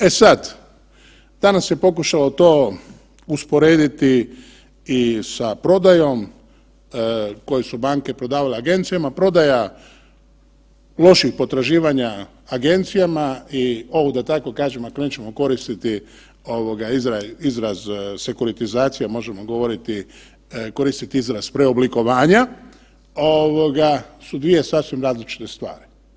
E sad, danas se pokušalo to usporediti i sa prodajom koje su banke prodavale agencijama, prodaja loših potraživanja agencija i ovo da tako kažem ako nećemo koristiti ovoga sekuritizacija možemo govoriti koristiti izraz preoblikovanja ovoga su dvije sasvim različite stvari.